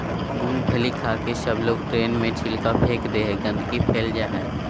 मूँगफली खाके सबलोग ट्रेन में छिलका फेक दे हई, गंदगी फैल जा हई